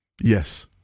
yes